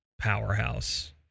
powerhouse